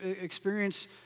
experience